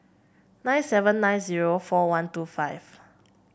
nine seven nine zero four one two five